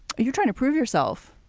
you're trying to prove yourself.